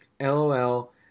LOL